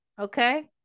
Okay